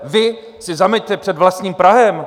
Vy si zameťte před vlastním prahem!